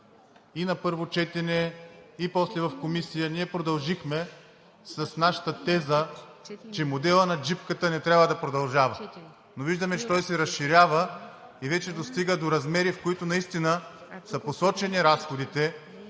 и на първо четене, и после в Комисията, ние продължихме с нашата теза, че моделът на джипката не трябва да продължава, но виждаме, че той се разширява и вече достига до размери, в които наистина са посочени разходите